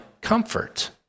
comfort